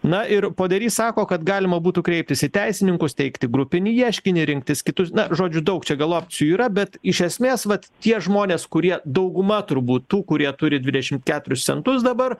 na ir poderys sako kad galima būtų kreiptis į teisininkus teikti grupinį ieškinį rinktis kitus na žodžiu daug čia gal opcijų yra bet iš esmės vat tie žmonės kurie dauguma turbūt tų kurie turi dvidešim keturis centus dabar